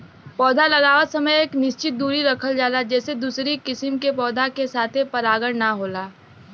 पौधा लगावत समय एक निश्चित दुरी रखल जाला जेसे दूसरी किसिम के पौधा के साथे परागण ना होला